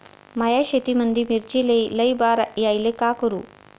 माया शेतामंदी मिर्चीले लई बार यायले का करू?